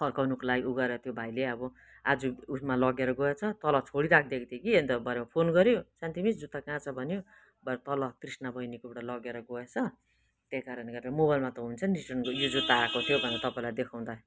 फर्काउनको लागि ऊ गरेर त्यो भाइले अब आज उएसमा लगेर गएछ तल छोडिराखि दिएको थिएँ कि भरे फोन गऱ्यो शान्ति मिस जुत्ता कहाँ छ भन्यो भरे तल कृष्ण बहिनीकोबाट लगेर गएछ त्यही कारणले गर्दा मोबाइलमा त हुन्छ नि यो जुत्ता आएको थियो भनेर तपाईँलाई देखाउँदा